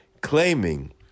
claiming